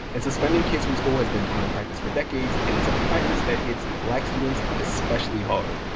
and suspending kids from school has been common practice for decades, and it's a practice that hits black students especially hard.